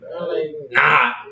Nah